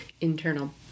internal